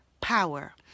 power